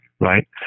Right